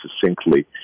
succinctly